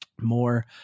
more